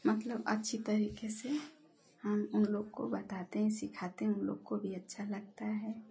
मतलब अच्छी तरीके से हम उन लोग को बताते हैं सिखाते हैं उन लोग को भी अच्छा लगता है